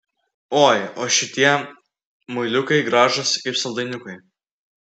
oi o šitie muiliukai gražūs kaip saldainiukai